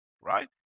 right